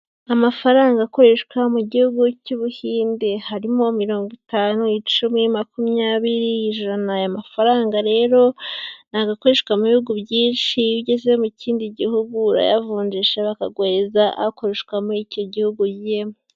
Amafaranga akoreshwa mu gihugu cy'Ubuhinde, harimo mirongo itanu, icumi, makumyabiri, ijana, aya mafaranga rero ntabwo akoreshwa mu bihugu byinshi, iyo ugeze mu kindi gihugu urayavunjisha bakaguhereza akoreshwa mu icyo gihugu ugiyemo.